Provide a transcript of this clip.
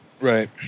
right